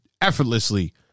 effortlessly